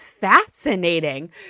fascinating